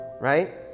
right